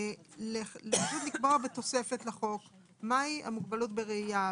לקבוע בתוספת לחוק מה היא המוגבלות בראייה,